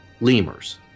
lemurs